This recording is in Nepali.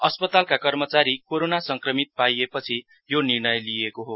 अस्पतालका कर्मचारी कोरोनो संक्रमित पाइएपछि यो निर्णय लिईएको हो